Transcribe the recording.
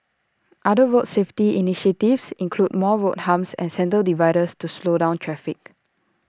other road safety initiatives include more road humps and centre dividers to slow down traffic